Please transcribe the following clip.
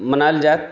मनायल जाइत